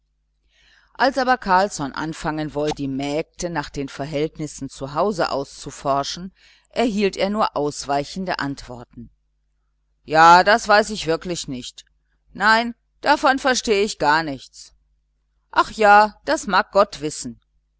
als aber carlsson anfangen wollte die mägde nach den verhältnissen zu hause auszuforschen erhielt er nur ausweichende antworten ja das weiß ich wirklich nicht nein davon verstehe ich gar nichts ach ja das mag gott wissen